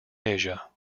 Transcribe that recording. asia